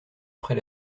après